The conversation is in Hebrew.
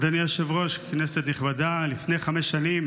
אדוני היושב-ראש, כנסת נכבדה, לפני חמש שנים